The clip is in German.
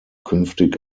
künftig